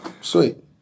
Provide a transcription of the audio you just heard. Sweet